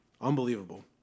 Unbelievable